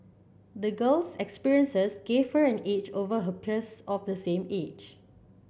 the girl's experiences gave her an edge over her peers of the same age